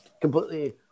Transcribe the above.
completely